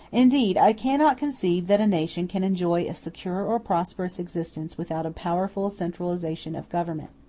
indeed, i cannot conceive that a nation can enjoy a secure or prosperous existence without a powerful centralization of government.